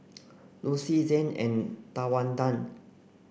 Lucy Zain and Tawanda